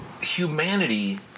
humanity